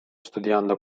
studiando